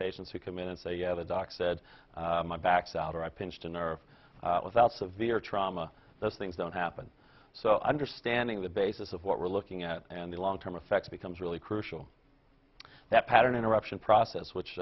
patients who come in and say you have a doc said my back's out or i pinched a nerve without severe trauma those things don't happen so i understanding the basis of what we're looking at and the long term effects becomes really crucial that pattern interruption process which